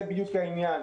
זה בדיוק העניין.